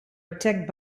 attack